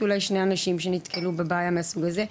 אולי שני אנשים שנתקלו בבעיה מהסוג הזה,